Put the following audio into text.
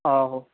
आहो